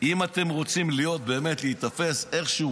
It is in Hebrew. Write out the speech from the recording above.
אם אתם רוצים להיות, להיתפס איך שהוא